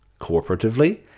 cooperatively